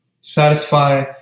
satisfy